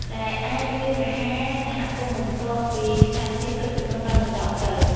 ដែលអាចវាយប្រហារសហគមន៍បន្ទាប់ពីស្ថានភាពទឹកជំនន់បានបញ្ចប់ទៅ។